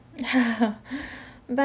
but